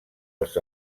els